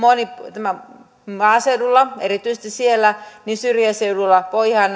maaseudulla erityisesti siellä syrjäseuduilla voidaan